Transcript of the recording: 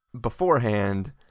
beforehand